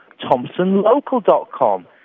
thompsonlocal.com